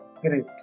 Great